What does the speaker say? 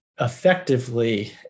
effectively